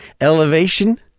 elevation